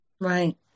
Right